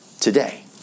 today